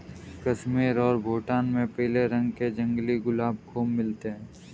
कश्मीर और भूटान में पीले रंग के जंगली गुलाब खूब मिलते हैं